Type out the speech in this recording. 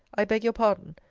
i beg your pardon,